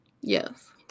Yes